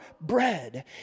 bread